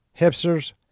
hipsters